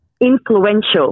influential